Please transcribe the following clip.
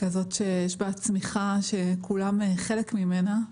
כזאת שיש בה צמיחה שכולם חלק ממנה,